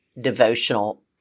devotional